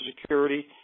Security